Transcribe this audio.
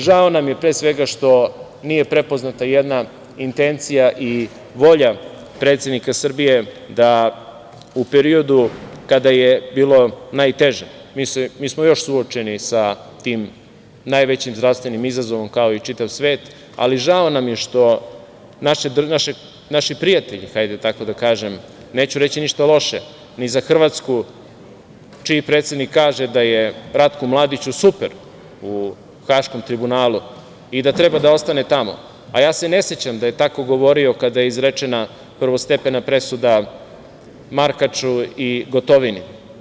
Žao mi je, pre svega, što nije prepoznata jedna intencija i volja predsednika Srbije da u periodu kada je bilo najteže, mi smo još suočeni sa tim najvećim zdravstvenim izazovom, kao i čitav svet, ali žao nam je što naši prijatelji, tako da kažem, neću reći ništa loše ni za Hrvatsku, čiji predsednik kaže da je Ratku Mladiću super u Haškom tribunalu i da treba da ostane tamo, a ja se ne sećam da je tako govorio kada je izrečena prvostepena presuda Markaču i Gotovini.